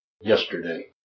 yesterday